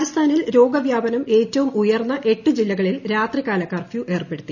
രാജസ്ഥാനിൽ രോഗവ്യാപനം ഏറ്റവും ഉയർണ്ണ് എട്ട് ജില്ലകളിൽ രാത്രികാല കർഫ്യു ഏർപ്പെടുത്തി